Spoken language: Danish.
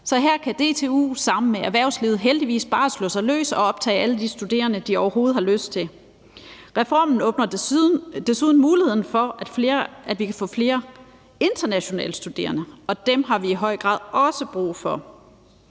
Så her kan DTU sammen med erhvervslivet heldigvis bare slå sig løs og optage alle de studerende, de overhovedet har lyst til. Reformen åbner desuden for muligheden for, at vi kan få flere internationale studerende, og dem har vi i høj grad også brug for.